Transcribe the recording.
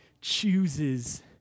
chooses